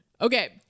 Okay